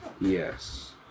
Yes